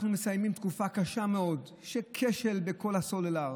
אנחנו מסיימים תקופה קשה מאוד של כשל בכל הסלולר.